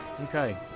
Okay